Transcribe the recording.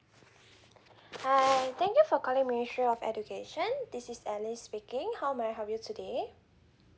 hi thank you for calling ministry of education this is ally speaking how may I help you today